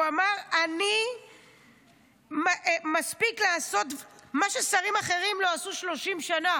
הוא אמר: אני מספיק לעשות מה ששרים אחרים לא עשו 30 שנה.